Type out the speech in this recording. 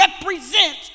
represent